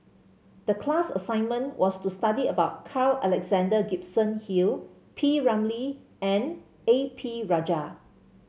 the class assignment was to study about Carl Alexander Gibson Hill P Ramlee and A P Rajah